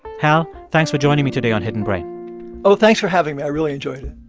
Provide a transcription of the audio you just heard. hal, thanks for joining me today on hidden brain oh, thanks for having me. i really enjoyed it